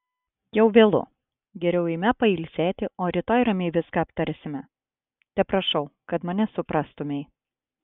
jau vėlu geriau eime pailsėti o rytoj ramiai viską aptarsime teprašau kad mane suprastumei